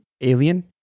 alien